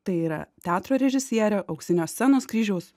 tai yra teatro režisierė auksinio scenos kryžiaus